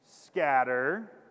scatter